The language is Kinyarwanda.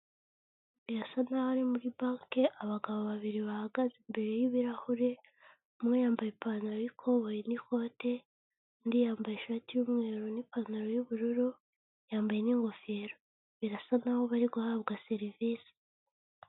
Birasa naho ari muri banki abagabo babiri bahagaze imbere y'ibirahure, umwe yambaye ipantaro y'ikoboyi n'ikote, undi yambaye ishati y'umweru n'ipantaro y'ubururu, yambaye n'ingofero, birasa naho bari guhabwa serivisi.